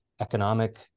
economic